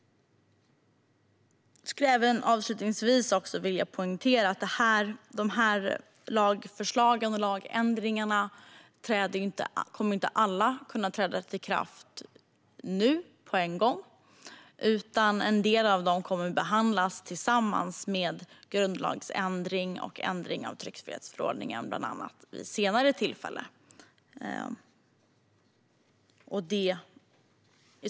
Jag skulle avslutningsvis vilja poängtera att inte alla dessa lagförslag och lagändringar kommer att kunna träda i kraft nu på en gång. En del av dem kommer att behandlas tillsammans med bland annat grundlagsändring och ändring av tryckfrihetsförordningen vid senare tillfälle.